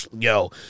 Yo